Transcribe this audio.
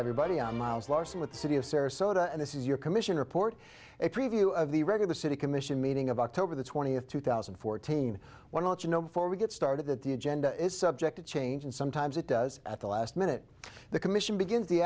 everybody on miles larson with the city of sarasota this is your commission report a preview of the regular city commission meeting of october the twentieth two thousand and fourteen why don't you know before we get started that the agenda is subject to change and sometimes it does at the last minute the commission begins the